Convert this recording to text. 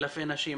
כלפי נשים.